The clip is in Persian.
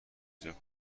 ایجاد